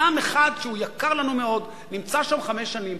אדם אחד, שהוא יקר לנו מאוד, נמצא שם חמש שנים.